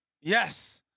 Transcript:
Yes